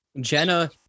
Jenna